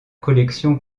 collection